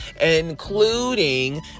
including